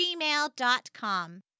gmail.com